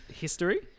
history